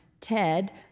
Ted